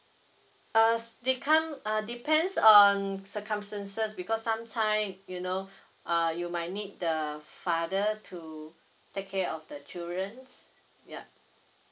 uh s~ decome uh depends circumstances because some time you know uh you might need the father to take care of the children yup